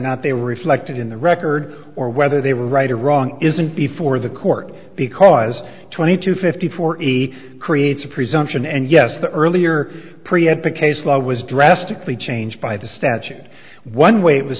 not they were reflected in the record or whether they were right or wrong isn't before the court because twenty two fifty four he creates a presumption and yes the earlier preempt the case law was drastically changed by the statute and one way it was